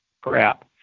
crap